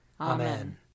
Amen